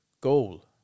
goal